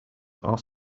are